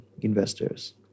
investors